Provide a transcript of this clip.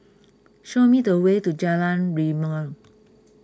show me the way to Jalan Rimau